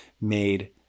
made